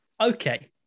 Okay